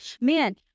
man